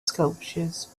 sculptures